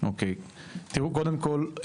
קודם כול,